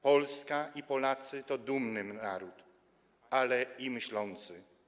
Polska - Polacy to dumny naród, ale i myślący.